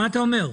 מה אתה אומר?